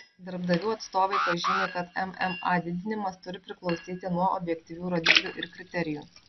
darbdavių atstovai pažymi kad mma didinimas turi priklausyti nuo objektyvių rodiklių ir kriterijų